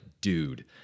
dude